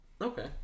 Okay